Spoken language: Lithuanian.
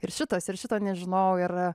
ir šitas ir šito nežinojau ir